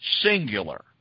singular